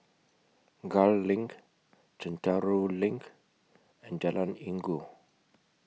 Gul LINK Chencharu LINK and Jalan Inggu